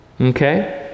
Okay